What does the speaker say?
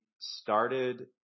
started